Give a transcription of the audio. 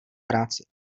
práci